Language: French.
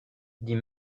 dit